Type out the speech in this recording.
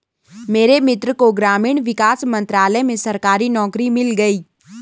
मेरे मित्र को ग्रामीण विकास मंत्रालय में सरकारी नौकरी मिल गई